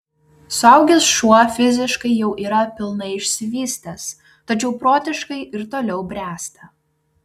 suaugęs šuo fiziškai jau yra pilnai išsivystęs tačiau protiškai ir toliau bręsta